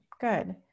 Good